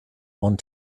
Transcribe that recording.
want